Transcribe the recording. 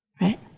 Right